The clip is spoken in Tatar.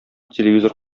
телевизор